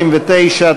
139),